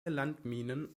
landminen